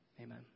Amen